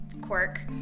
quirk